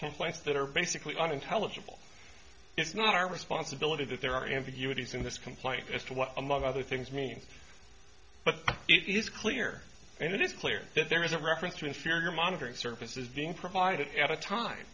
complaints that are basically unintelligible it's not our responsibility that there are ambiguity in this complaint as to what among other things means but it is clear and it is clear that there is a reference to inferior monitoring services being provided ever time